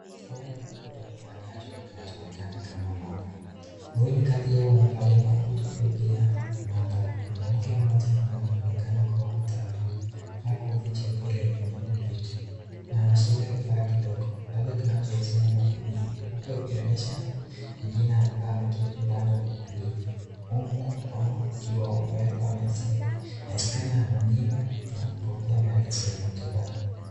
Hawa ni watu watatu wakiwa ndani ya chumba kinachoonekana kama maabara , wawili kati yao wamevalia koti meupe ya maabara, mwanamke anaonekana kuwa mtaalamu amevaa koti jeupe lenye nembo beauty , anashika kifaa kidogo labda kinachohusiana na vipimo, huku akionyesha wangine ambao wakeketi upande wakulia huku mkono ukiwa umeekwa mezani inawezekana anapima na kupokea maelezo ya matibabu.